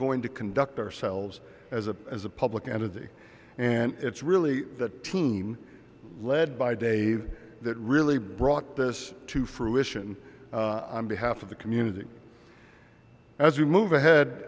going to conduct ourselves as a as a public entity and it's really that team led by dave that really brought this to fruition i'm behalf of the community as you move ahead